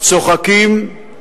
צוחקים,